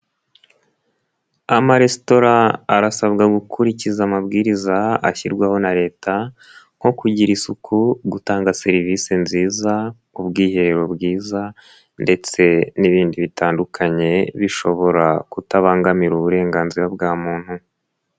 Amaresitora arasabwa gukurikiza amabwiriza ashyirwaho na leta nko kugira isuku, gutanga serivisi nziza, ubwiherero bwiza ndetse n'ibindi bitandukanye, bishobora kutabangamira uburenganzira bwa muntu.